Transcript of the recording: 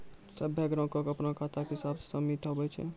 सभ्भे ग्राहको के अपनो खाता के हिसाबो से सीमित हुवै छै